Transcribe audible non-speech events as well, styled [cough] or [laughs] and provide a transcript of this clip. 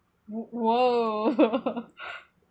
who~ !whoa! [laughs]